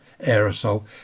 aerosol